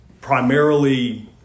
primarily